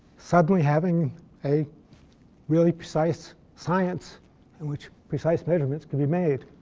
suddenly having a really precise science in which precise measurements could be made,